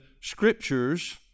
scriptures